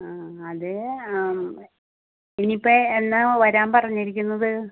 ആ അതെ ആ ഇനിയിപ്പം എന്നാണ് വരാൻ പറഞ്ഞിരിക്കുന്നത്